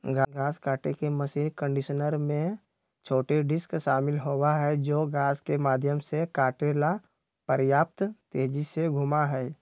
घास काटे के मशीन कंडीशनर में छोटे डिस्क शामिल होबा हई जो घास के माध्यम से काटे ला पर्याप्त तेजी से घूमा हई